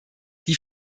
die